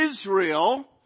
Israel